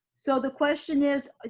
so the question is, ah